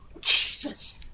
Jesus